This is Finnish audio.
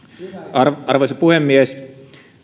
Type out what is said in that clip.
arvoisa arvoisa puhemies